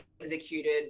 executed